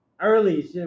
early